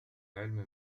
علم